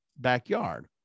backyard